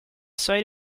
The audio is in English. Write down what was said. site